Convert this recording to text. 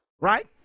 Right